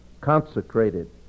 consecrated